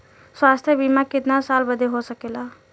स्वास्थ्य बीमा कितना साल बदे हो सकेला?